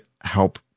help